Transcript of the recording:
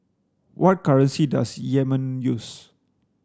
what currency does Yemen use